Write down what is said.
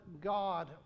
God